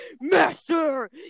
Master